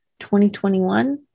2021